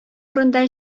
урында